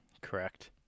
Correct